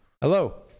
Hello